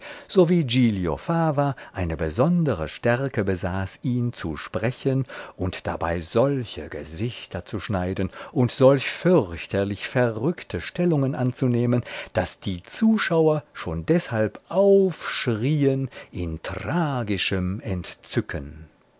sowie giglio fava eine besondere stärke besaß ihn zu sprechen und dabei solche gesichter zu schneiden und solch fürchterlich verrückte stellungen anzunehmen daß die zuschauer schon deshalb aufschrien in tragischem entzücken